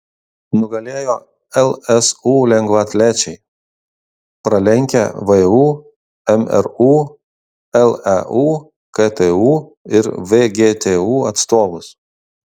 nugalėjo lsu lengvaatlečiai pralenkę vu mru leu ktu ir vgtu atstovus